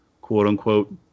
quote-unquote